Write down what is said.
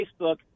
Facebook